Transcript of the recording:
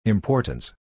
Importance